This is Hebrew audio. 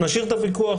נשאיר את הוויכוח,